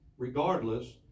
Regardless